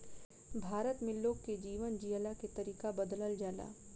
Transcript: भारत में लोग के जीवन जियला के तरीका बदलल जाला